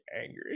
angry